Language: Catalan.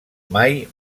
mai